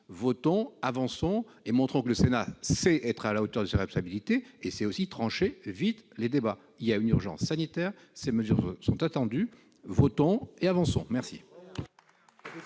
votons, avançons. Montrons que le Sénat sait être à la hauteur de ses responsabilités et sait aussi trancher vite les débats. Il y a une urgence sanitaire, ces mesures sont attendues ; votons et avançons. Je